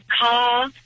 car